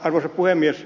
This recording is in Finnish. arvoisa puhemies